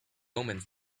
omens